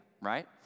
right